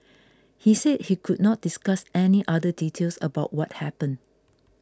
he said he could not discuss any other details about what happened